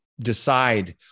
decide